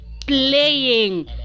playing